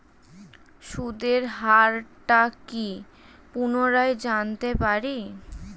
সুদের হার টা কি পুনরায় জানতে পারি?